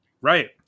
Right